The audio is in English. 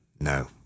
No